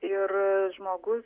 ir žmogus